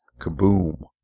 kaboom